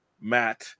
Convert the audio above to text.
Matt